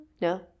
no